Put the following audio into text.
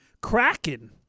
Kraken